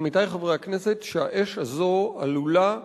עמיתי חברי הכנסת, שהאש הזאת עלולה,